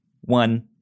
one